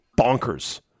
bonkers